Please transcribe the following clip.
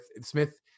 Smith